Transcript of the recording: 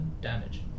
damage